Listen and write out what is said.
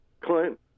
Clint